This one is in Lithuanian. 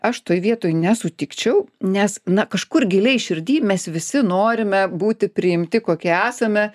aš toj vietoj nesutikčiau nes na kažkur giliai širdy mes visi norime būti priimti kokie esame